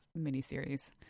miniseries